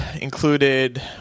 included